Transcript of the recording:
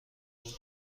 بود